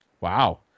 Wow